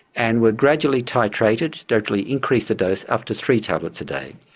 and were gradually titrated, gradually increased the dose up to three tablets a day.